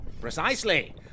Precisely